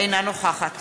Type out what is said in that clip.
אינה נוכחת